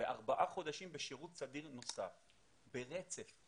וארבעה חודשים בשירות סדיר נוסף, ברצף.